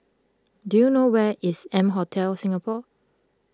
do you know where is M Hotel Singapore